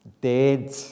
dead